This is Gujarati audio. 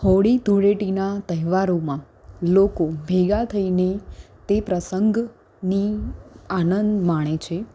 હોળી ધૂળેટીના તહેવારોમાં લોકો ભેગાં થઈને તે પ્રંસગની આનંદ માણે છે